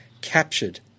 captured